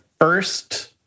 first